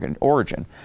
origin